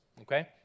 Okay